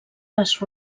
les